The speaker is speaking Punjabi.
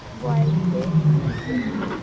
ਬੋਆਇਸ 'ਚ ਹਾਂਜੀ ਹਾਂਜੀ